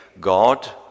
God